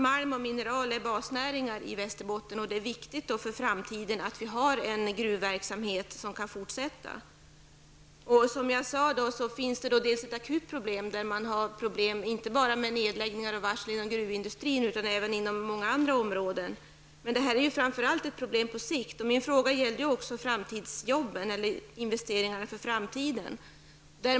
Malm och mineral är basnäringar i Västerbotten, och det är viktigt för framtiden att vi har en gruvverksamhet som kan fortsätta. Som jag sade finns det ett akut problem, inte bara med nedläggningar och varsel inom gruvindustrin utan även inom många andra områden. Men detta är framför allt ett problem på sikt. Min fråga gällde också investeringarna för framtiden.